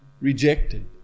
rejected